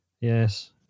Yes